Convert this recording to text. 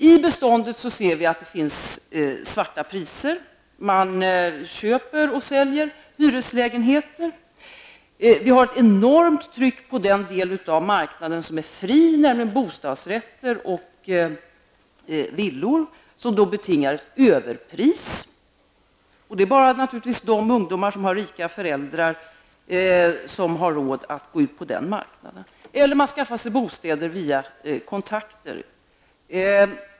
I beståndet ser vi att svarta priser förekommer; man köper och säljer hyreslägenheter. Vi har ett enormt tryck på den marknad som är fri, nämligen bostadsrätter och villor, vilka betingar ett överpris. Det är naturligtvis bara de ungdomar som har rika föräldrar som har råd att gå ut på den marknaden. Man kan också skaffa sig bostad via kontakter.